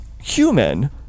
human